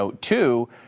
two